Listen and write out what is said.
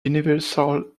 universal